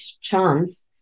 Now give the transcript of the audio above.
chance